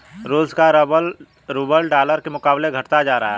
रूस का rouble dollar के मुकाबले घटता जा रहा है